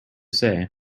say